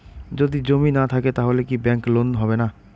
যদি জমি না থাকে তাহলে কি ব্যাংক লোন হবে না?